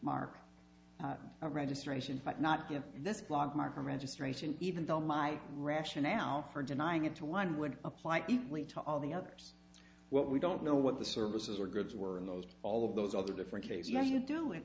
mark a registration fight not give this block marker registration even though my rationale for denying it to one would apply equally to all the others what we don't know what the services or goods were in those all of those other different case yet you do it